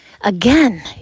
Again